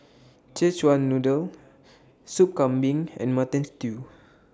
Szechuan Noodle Soup Kambing and Mutton Stew